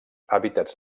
hàbitats